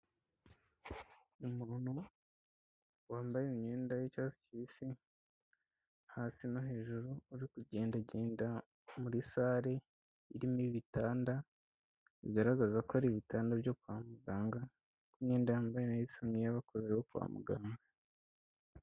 Umuntu wambaye imyenda y'icyatsi kibisi, hasi no hejuru, uri kugenda agenda muri sale irimo ibitanda, bigaragaza ko ari ibitanda byo kwa muganga, imyenda yambaye nayo isa nk'iy'abakoze bo kwa muganga.